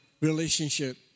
relationship